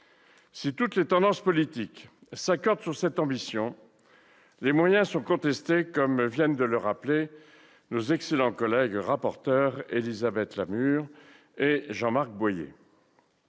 Si toutes les tendances politiques s'accordent sur cette ambition, les moyens sont contestés, comme viennent de le rappeler nos excellents collègues rapporteurs Élisabeth Lamure et Jean-Marc Boyer.